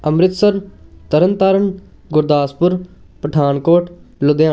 Amritsar Tarn Taran Gurdaspur Pathankot Ludhiana